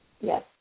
Yes